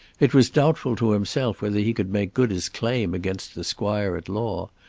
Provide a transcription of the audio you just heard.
it was doubtful to himself whether he could make good his claim against the squire at law,